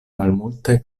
malmulte